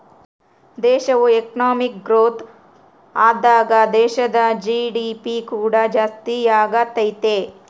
ದೇಶವು economic growth ಆದಾಗ ದೇಶದ ಜಿ.ಡಿ.ಪಿ ಕೂಡ ಜಾಸ್ತಿಯಾಗತೈತೆ